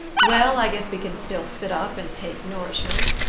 well, i guess we can still sit up and take nourishment.